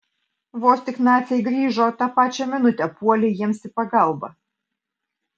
vos tik naciai grįžo tą pačią minutę puolei jiems į pagalbą